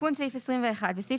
אני רק